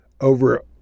over